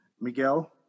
Miguel